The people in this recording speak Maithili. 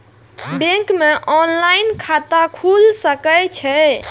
बैंक में ऑनलाईन खाता खुल सके छे?